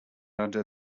under